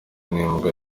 n’imbwa